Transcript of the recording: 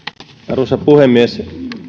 arvoisa puhemies